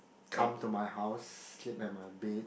come to my house sleep at my bed